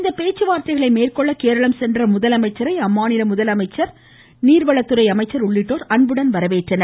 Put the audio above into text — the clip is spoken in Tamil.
இப்பேச்சுவார்த்தைகளை மேற்கொள்ள கேரளம் சென்ற முதலமைச்சரை அம்மாநில முதலமைச்சர் நீர்வளத்துறை அமைச்சர் உள்ளிட்டோர் அன்புடன் வரவேற்றனர்